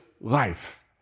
life